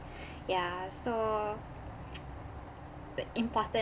ya so the important